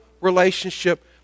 relationship